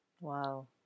Wow